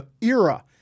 era